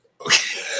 okay